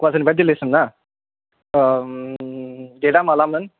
गोवाहाटीनिफ्राय दिल्लीसिम ना डेटा मालामोन